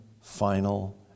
final